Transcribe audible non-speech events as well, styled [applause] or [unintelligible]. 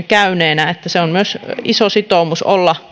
[unintelligible] käyneenä että se on myös iso sitoumus olla